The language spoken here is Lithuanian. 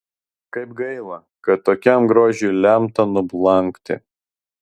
kaip gaila kad tokiam grožiui lemta nublankti